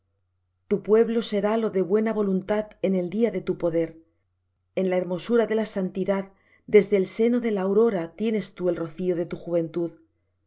tu pueblo serálo de buena voluntad en el día de tu poder en la hermosura de la santidad desde el seno de la aurora tienes tú el rocío de tu juventud